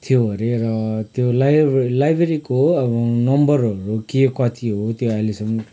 थियो अरे र त्यो लाइब्रेरी लाइब्रेरीको अब नम्बरहरू के कति हो त्यो अहिलेसम्म